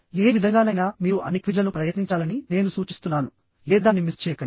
ఏ విధంగానైనా మీరు అన్ని క్విజ్లను ప్రయత్నించాలని నేను సూచిస్తున్నాను ఏ దాన్ని మిస్ చేయకండి